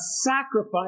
sacrifice